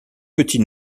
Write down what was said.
petit